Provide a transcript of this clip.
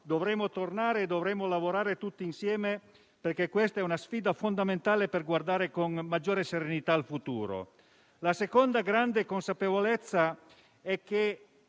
dovremo tornare e che dovremo lavorare tutti insieme, perché questa è una sfida fondamentale per guardare con maggiore serenità al futuro. La seconda grande consapevolezza è che,